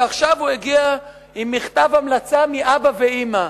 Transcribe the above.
ועכשיו הוא הגיע עם מכתב המלצה מאבא ואמא.